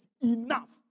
enough